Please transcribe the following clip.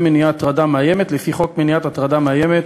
מניעה לפי חוק מניעת הטרדה מאיימת,